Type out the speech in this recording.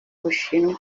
bushinwa